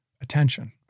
attention